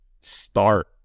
start